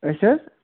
أسۍ حظ